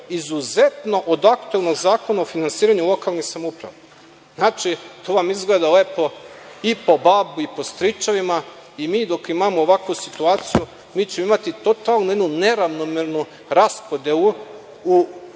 izuzetno po aktuelnom Zakonu o finansiranju lokalnih samouprava. Znači, to vam izgleda lepo, i po babu i po stričevima, i mi dok imamo ovakvu situaciju imaćemo totalno neravnomernu raspodelu u